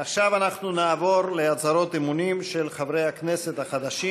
עכשיו אנחנו נעבור להצהרות אמונים של חברי הכנסת החדשים,